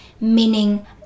meaning